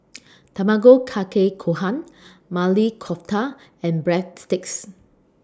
Tamago Kake Gohan Maili Kofta and Breadsticks